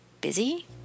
busy